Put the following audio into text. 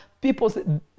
people